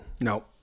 No